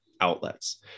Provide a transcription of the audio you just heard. outlets